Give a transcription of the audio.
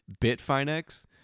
Bitfinex